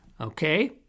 Okay